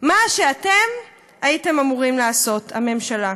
מה שאתם הייתם אמורים לעשות, הממשלה.